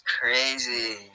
crazy